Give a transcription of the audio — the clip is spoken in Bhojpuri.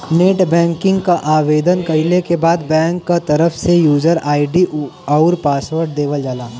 नेटबैंकिंग क आवेदन कइले के बाद बैंक क तरफ से यूजर आई.डी आउर पासवर्ड देवल जाला